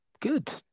good